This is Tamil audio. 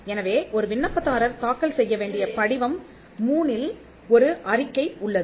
எனவே ஒரு விண்ணப்பதாரர் தாக்கல் செய்ய வேண்டிய படிவம் 3 இல் ஒரு அறிக்கை உள்ளது